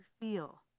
feel